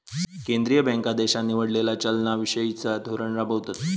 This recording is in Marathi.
केंद्रीय बँका देशान निवडलेला चलना विषयिचा धोरण राबवतत